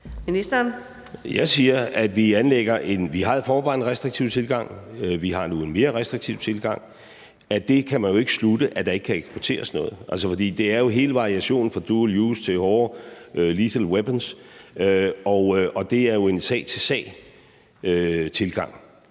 Jeg siger, at vi i forvejen havde en restriktiv tilgang, og at vi nu har en mere restriktiv tilgang, men af det kan man jo ikke slutte, at der ikke kan eksporteres noget. For det er jo hele variationen fra dual use til hårde lethal weapons, og det er jo en sag til sag-tilgang,